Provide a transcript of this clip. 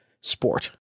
sport